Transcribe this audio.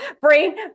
brain